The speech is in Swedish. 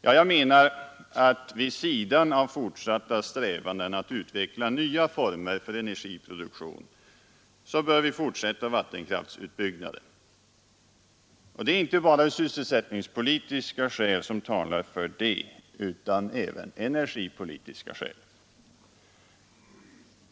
Jag menar att vid sidan av fortsatta strävanden att utveckla nya former för energiproduktion bör vi fortsätta vattenkraftsutbyggnaden. Det är inte bara sysselsättningspolitiska skäl som talar för detta utan även energipolitiska.